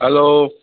hello